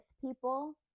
people